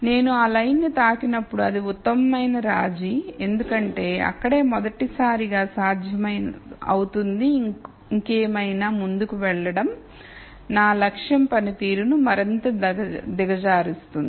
నేను ఆ లైన్ ను తాకినప్పుడు అది ఉత్తమమైన రాజీ ఎందుకంటే అక్కడే మొదటిసారిగా సాధ్యమవుతుంది ఇంకేమైనా ముందుకు వెళ్లడం నా లక్ష్యం పనితీరును మరింత దిగజారుస్తుంది